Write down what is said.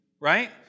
right